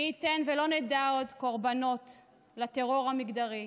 מי ייתן ולא נדע עוד קורבנות לטרור המגדרי,